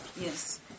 Yes